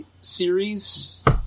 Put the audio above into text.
series